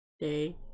day